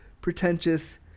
pretentious